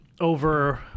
over